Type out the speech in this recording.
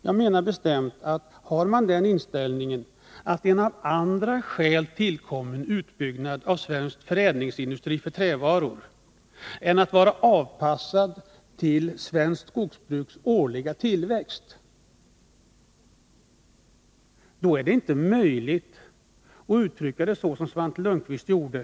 Jag menar bestämt, att om man har inställningen att utbyggnaden av svensk förädlingsindustri för trävaror är tillkommen av andra skäl än för att vara avpassad till svenskt skogsbruks årliga tillväxt, är det inte möjligt att uttrycka sig så som Svante Lundkvist gjorde.